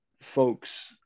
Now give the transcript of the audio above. folks